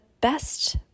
best